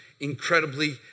incredibly